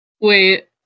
Wait